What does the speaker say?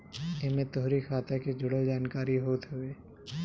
एमे तोहरी खाता के जुड़ल जानकारी होत हवे